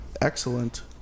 excellent